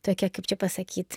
tokia kaip čia pasakyt